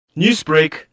Newsbreak